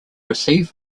receive